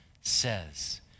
says